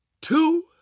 two